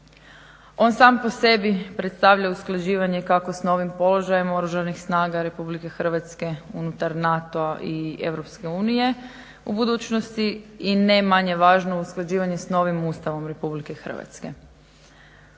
On sam po sebi predstavlja usklađivanje kako s novim položajem Oružanih snaga RH unutar NATO-a i EU u budućnosti i ne manje važno usklađivanje s novim Ustavom RH. Prije svega